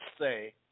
say